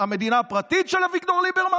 המדינה הפרטית של אביגדור ליברמן?